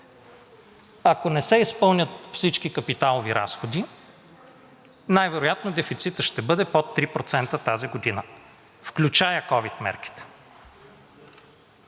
Ако не се изпълнят всички капиталови разходи, най-вероятно дефицитът ще бъде под 3% тази година, включая ковид мерките,